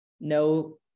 no